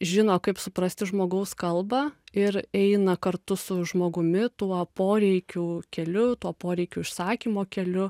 žino kaip suprasti žmogaus kalbą ir eina kartu su žmogumi tuo poreikių keliu tuo poreikių išsakymo keliu